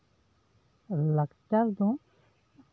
ᱞᱟᱠᱪᱟᱨ ᱫᱚ